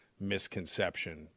misconception